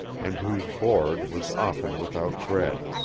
and whose board was often without bread,